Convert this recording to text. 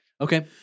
Okay